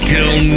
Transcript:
Till